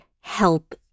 help